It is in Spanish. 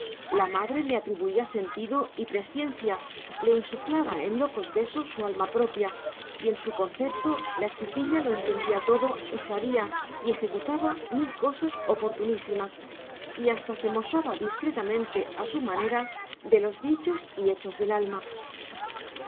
la madre le atribuía sentido y presciencia le insuflaba en locos besos su alma propia y en su concepto la chiquilla lo entendía todo y sabía y ejecutaba mil cosas oportunísimas y hasta se mofaba discretamente a su manera de los dichos y hechos del ama